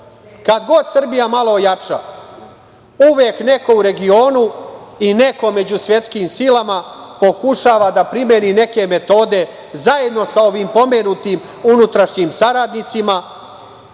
Kad god Srbija malo ojača, uvek neko u regionu i neko među svetskim silama pokušava da primeni neke metode zajedno sa ovim pomenutim unutrašnjim saradnicima,